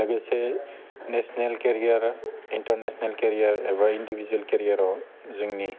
लोगोसे national career international career बा individual केरियाराव जोंनि